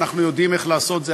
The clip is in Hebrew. אנחנו יודעים איך לעשות את זה,